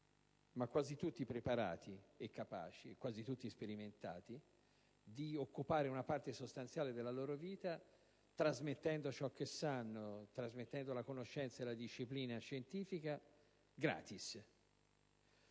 ma quasi tutti preparati, capaci e sperimentati, di occupare una parte sostanziale della loro vita, trasmettendo ciò che sanno, la conoscenza e la disciplina scientifica, gratis.